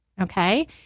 Okay